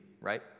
right